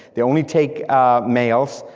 they only take ah males,